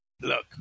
Look